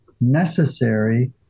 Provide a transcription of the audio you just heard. necessary